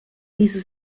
diese